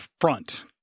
front